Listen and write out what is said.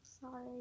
Sorry